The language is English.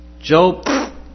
Job